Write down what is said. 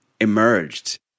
emerged